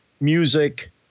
music